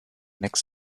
next